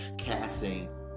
casting